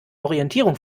orientierung